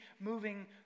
moving